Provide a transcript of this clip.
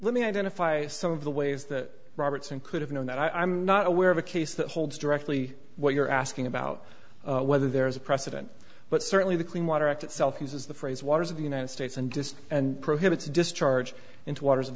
let me identify some of the ways that robertson could have known that i'm not aware of a case that holds directly what you're asking about whether there is a precedent but certainly the clean water act itself uses the phrase waters of the united states and just prohibits discharge into waters of